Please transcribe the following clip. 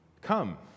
come